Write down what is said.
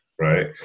Right